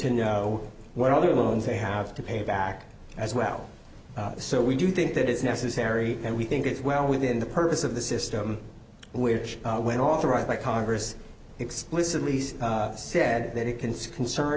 to know what other loans they have to pay back as well so we do think that is necessary and we think it's well within the purpose of the system which when authorized by congress explicitly said that it can